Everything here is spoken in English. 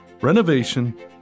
renovation